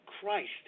Christ